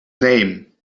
name